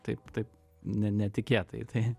taip taip ne netikėtai tai